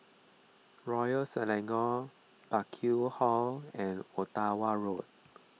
Royal Selangor Burkill Hall and Ottawa Road